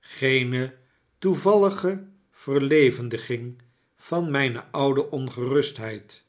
geene toevallige verlevendiging van mijneoude ongerustheid